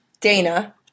dana